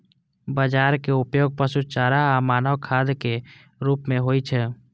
बाजराक उपयोग पशु चारा आ मानव खाद्यक रूप मे होइ छै